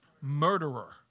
Murderer